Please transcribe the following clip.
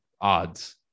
odds